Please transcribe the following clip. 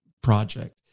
Project